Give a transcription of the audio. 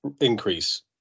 increase